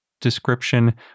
description